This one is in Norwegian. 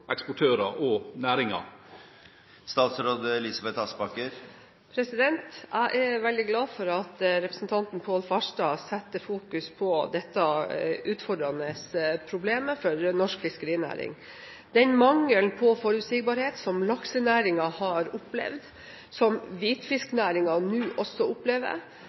eksportører og næring? Jeg er veldig glad for at representanten Pål Farstad setter fokus på dette utfordrende problemet for norsk fiskerinæring. Den mangelen på forutsigbarhet som laksenæringen har opplevd, som hvitfisknæringen nå også opplever,